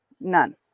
None